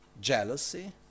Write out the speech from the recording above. jealousy